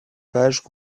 pages